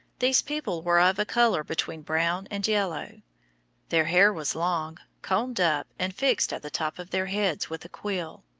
these people were of a colour between brown and yellow their hair was long, combed up, and fixed at the top of their heads with a quill.